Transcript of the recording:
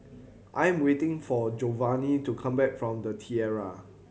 I am waiting for Jovanny to come back from The Tiara